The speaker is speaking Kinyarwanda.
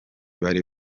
bari